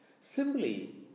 Simply